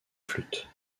flûte